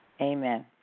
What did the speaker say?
Amen